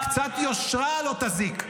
קצת יושרה לא תזיק.